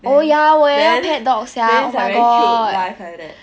then then then it's like very cute life like that